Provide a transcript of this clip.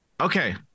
okay